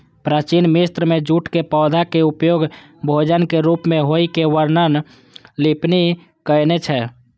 प्राचीन मिस्र मे जूटक पौधाक उपयोग भोजनक रूप मे होइ के वर्णन प्लिनी कयने छै